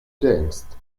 denkst